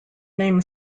name